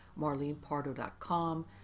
marlenepardo.com